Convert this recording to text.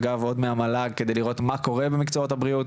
אגב עוד מהמל"ג כדי לראות מה קורה במקצועות הבריאות,